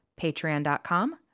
patreon.com